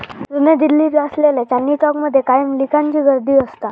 जुन्या दिल्लीत असलेल्या चांदनी चौक मध्ये कायम लिकांची गर्दी असता